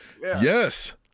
Yes